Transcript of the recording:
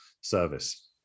service